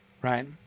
right